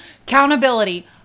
accountability